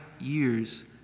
years